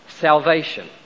salvation